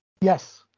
Yes